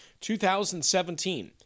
2017